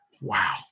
Wow